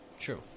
True